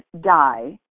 die